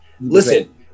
Listen